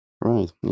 Right